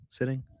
Sitting